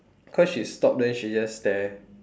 cause she stop then she just stare